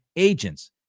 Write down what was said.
agents